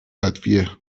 ادویه